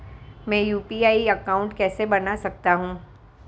मैं UPI account कैसे बना सकता हूं?